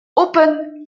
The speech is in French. open